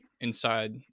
inside